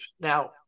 Now